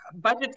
budget